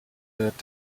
wird